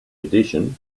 edition